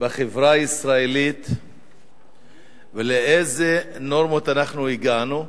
בחברה הישראלית ולאיזה נורמות אנחנו הגענו.